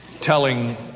telling